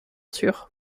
sûr